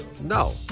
No